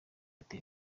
iteye